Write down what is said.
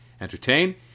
entertain